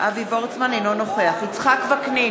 אינו נוכח יצחק וקנין,